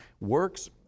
Works